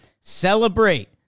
celebrate